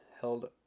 held